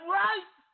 right